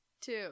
two